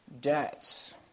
debts